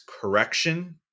correction